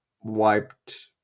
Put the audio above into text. wiped